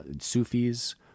Sufis